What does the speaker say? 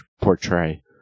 portray